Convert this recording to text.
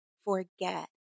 forget